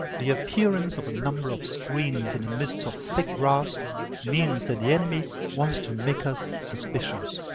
the appearance of a number of screens in the midst of thick grass means that the enemy wants to make us suspicious.